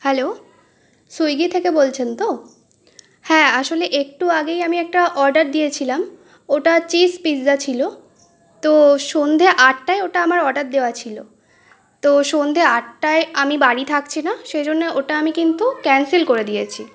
hello Swiggy থেকে বলছেন তো হ্যাঁ আসলে একটু আগেই আমি একটা অর্ডার দিয়েছিলাম ওটা চিজ পিজ্জা ছিল তো সন্ধে আটটায় ওটা আমার অর্ডার দেওয়া ছিল তো সন্ধে আটটায় আমি বাড়ি থাকছি না সেই জন্য ওটা আমি কিন্তু ক্যান্সেল করে দিয়েছি